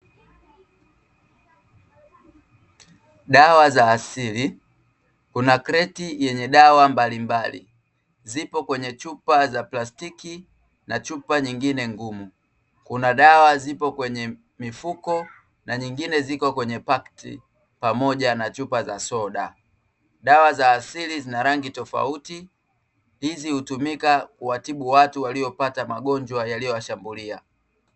Dawa za asili, kuna kreti yenye dawa mbalimbali, zipo kwenye chupa za plastiki na chupa nyingine ngumu, kuna dawa zipo kwenye mifuko na nyingine zipo kwenye pakiti, pamoja na chupa za soda. Dawa za asili zina rangi tofauti, hizi hutumika kuwatibu watu waliopata magonjwa yaliyowashambulia.